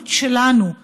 המחויבות שלנו,